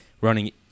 running